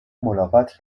ملاقات